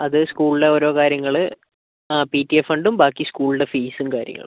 അത് സ്കൂളിലെ ഓരോ കാര്യങ്ങൾ ആ പി ടി എ ഫണ്ടും ബാക്കി സ്കൂളിൻ്റെ ഫീസും കാര്യങ്ങളും